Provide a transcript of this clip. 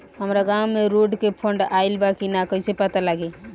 हमरा गांव मे रोड के फन्ड आइल बा कि ना कैसे पता लागि?